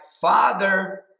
father